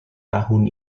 tahun